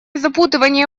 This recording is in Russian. запутывание